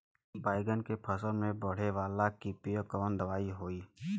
बैगन के फल में पड़े वाला कियेपे कवन दवाई होई?